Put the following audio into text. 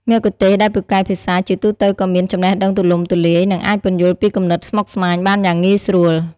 មគ្គុទ្ទេសក៍ដែលពូកែភាសាជាទូទៅក៏មាន ចំណេះដឹងទូលំទូលាយ និងអាចពន្យល់ពីគំនិតស្មុគស្មាញបានយ៉ាងងាយស្រួល។